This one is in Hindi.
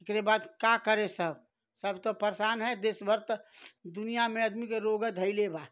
एकरे बाद का करे सब सब तो परेशान है देस भर त दुनिया में अदमी क रोग धैले बा